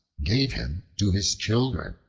gave him to his children.